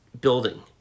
building